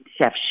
Chef